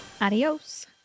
Adios